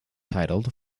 titled